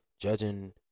judging